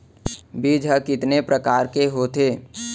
बीज ह कितने प्रकार के होथे?